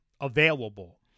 available